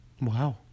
Wow